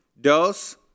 Dos